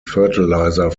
fertilizer